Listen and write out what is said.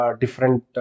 different